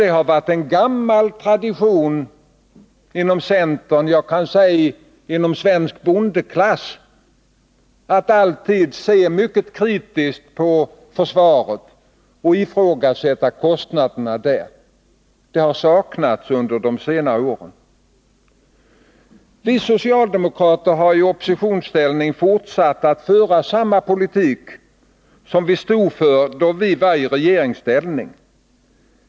Det har varit en gammal tradition inom centern — jag kan säga inom svensk bondekiass — att alltid se mycket kritiskt på försvaret och ifrågasätta kostnaderna för det. Detta har saknats under de senare åren. Vi socialdemokrater har i oppositionsställning fortsatt att föra samma politik som vi stod för då vi var i regeringsställning.